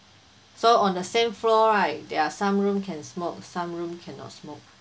so on the same floor right there are some room can smoke some room cannot smoke